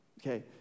okay